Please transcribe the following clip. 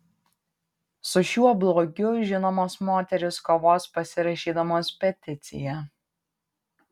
su šiuo blogiu žinomos moterys kovos pasirašydamos peticiją